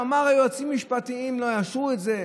הוא אמר: היועצים המשפטיים לא יאשרו את זה.